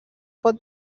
pot